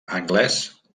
anglès